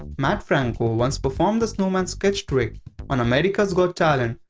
mat franco once performed the snowman sketch trick on america's got talent,